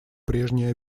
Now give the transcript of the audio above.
прежние